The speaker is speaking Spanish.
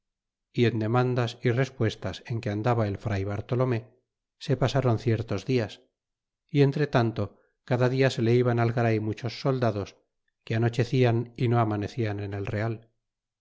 y en demandas y respuestas en que andaba el fr bartomolé se pasaron ciertos dias y entre tanto cada dia se le iban al garay muchos soldados que anochecian y no amanecian en el real